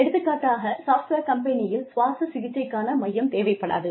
எடுத்துக்காட்டாக சாஃப்ட்வேர் கம்பெனியில் சுவாச சிகிச்சைக்கான மையம் தேவைப்படாது